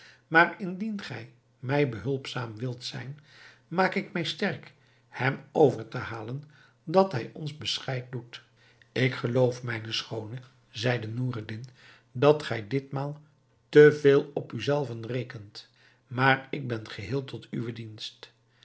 maar indien gij mij behulpzaam wilt zijn maak ik mij sterk hem over te halen dat hij ons bescheid doet ik geloof mijne schoone zeide noureddin dat gij ditmaal te veel op u zelve rekent maar ik ben geheel tot uwen dienst